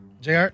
Jr